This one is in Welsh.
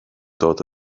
dod